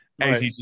ACC